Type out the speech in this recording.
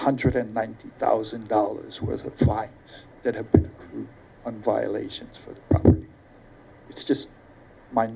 hundred and ninety thousand dollars was a fly that had violations for it's just my